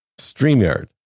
StreamYard